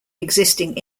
existing